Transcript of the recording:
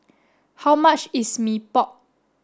how much is Mee Pok